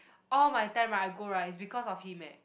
all my time right I go right is because of him eh